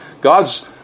God's